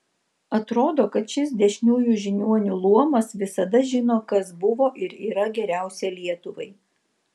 atrodo kad šis dešiniųjų žiniuonių luomas visada žino kas buvo ir yra geriausia lietuvai